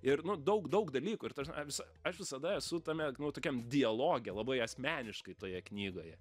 ir nu daug daug dalykų ir ta prasme ar visa aš visada esu tame nu tokiam dialoge labai asmeniškai toje knygoje